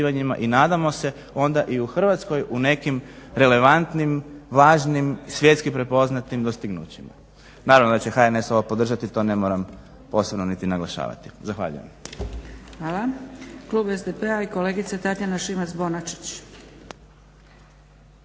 i nadamo se onda i u Hrvatskoj i u nekim relevantnim važnim svjetski prepoznatim dostignućima. Naravno da će HNS ovo podržati. To ne moram ni posebno naglašavati. Zahvaljujem. **Zgrebec, Dragica (SDP)** Klub SDP-a i kolegica Tatjana Šimac Bonačić.